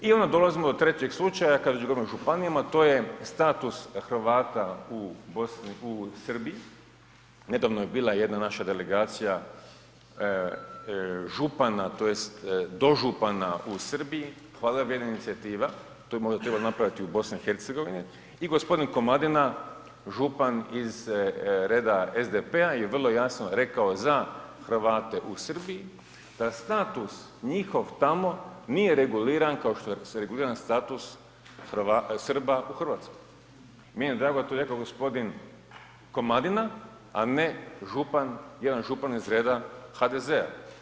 I onda dolazimo do trećeg slučaja kad govorimo o županijama, to je status Hrvata u Srbiji, nedavno je bila jedna naša delegacija župana tj. dožupana u Srbiji, hvalevrijedna inicijativa, to bi možda trebalo napraviti u BiH i g. Komadina, župan iz reda SDP-a je vrlo jasno rekao za Hrvate u Srbiji da status njihov tamo nije reguliran kao što je reguliran status Srba u RH, meni je drago da je to rekao g. Komadina, a ne župan, jedan župan iz reda HDZ-a.